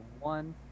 one